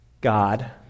God